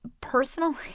Personally